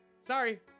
Sorry